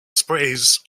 sprays